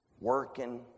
working